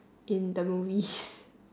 in the movies